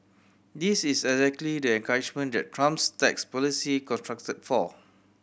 this is exactly the encouragement that Trump's tax policy constructed for